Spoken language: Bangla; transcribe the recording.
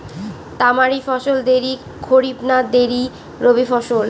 তামারি ফসল দেরী খরিফ না দেরী রবি ফসল?